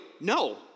no